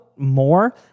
More